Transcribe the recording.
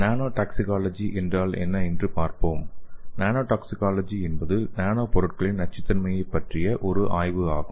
nanotoxicology என்றால் என்ன என்று பார்ப்போம் நானோடாக்சிகாலஜி என்பது நானோ பொருட்களின் நச்சுத்தன்மையைப் பற்றிய ஒரு ஆய்வு ஆகும்